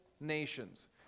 nations